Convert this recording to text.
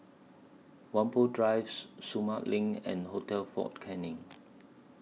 Whampoa Drive Sumang LINK and Hotel Fort Canning